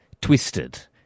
Twisted